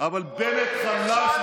אבל זה מה שאתם עושים.